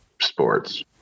sports